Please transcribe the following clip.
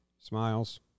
Smiles